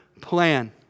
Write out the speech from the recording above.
plan